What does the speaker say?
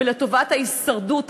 לטובת ההישרדות,